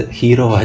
hero